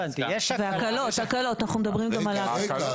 אנחנו מדברים גם על הקלות.